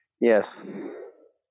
Yes